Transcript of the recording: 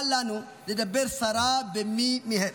אל לנו לדבר סרה במי מהם.